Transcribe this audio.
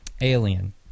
Alien